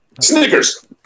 Snickers